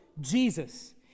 Jesus